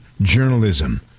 journalism